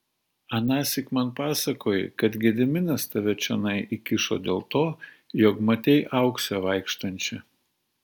anąsyk man pasakojai kad gediminas tave čionai įkišo dėl to jog matei auksę vaikštančią